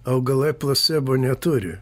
augalai placebo neturi